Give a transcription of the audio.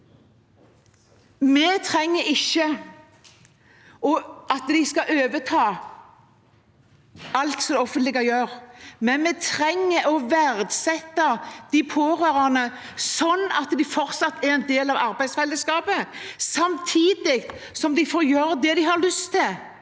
Vi trenger ikke en ordning som skal overta alt det offentlige gjør, men vi trenger å verdsette de pårørende slik at de fortsatt er en del av arbeidsfellesskapet, samtidig som de får gjøre det de har lyst til,